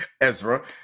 Ezra